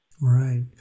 Right